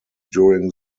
during